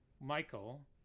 Michael